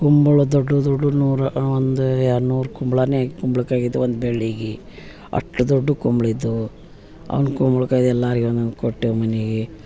ಕುಂಬಳ ದೊಡ್ಡ ದೊಡ್ಡ ನೂರ ಒಂದು ಎರಡುನೂರು ಕುಂಬ್ಳವೇ ಕುಂಬ್ಳಕಾಯಿಗಿದೆ ಒಂದು ಬಳ್ಳಿಗಿ ಅಷ್ಟು ದೊಡ್ಡ ಕುಂಬ್ಳ ಇದ್ದೋ ಅವ್ನ ಕುಂಬ್ಳಕಾಯಿದು ಎಲ್ಲಾರಿಗೆ ಒಂದೊಂದು ಕೊಟ್ಟೆವು ಮನಿಗೆ